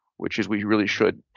which is what you really should.